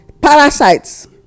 parasites